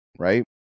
right